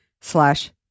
slash